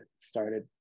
started